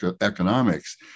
economics